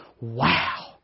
wow